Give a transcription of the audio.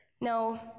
No